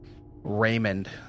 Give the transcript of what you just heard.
Raymond